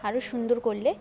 আরও সুন্দর করলে